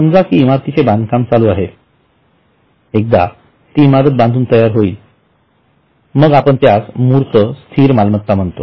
समजा कि इमारतीचे बांधकाम चालू आहे एकदा ती इमारत बांधून तयार होईल आपण त्यास मूर्त स्थिर मालमत्ता म्हनतॊ